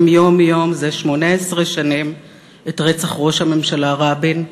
יום-יום זה 18 שנים את רצח ראש הממשלה רבין,